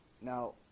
Now